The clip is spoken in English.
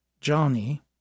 Johnny